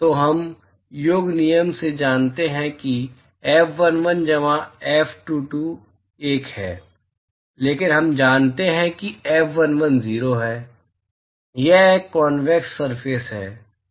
तो हम योग नियम से जानते हैं कि F11 जमा F12 1 है लेकिन हम जानते हैं कि F11 0 है यह एक कॉन्वेक्स सरफेस है